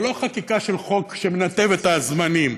זו לא חקיקה של חוק שמנתב את הזמנים,